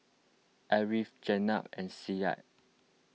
Ariff Jenab and Syed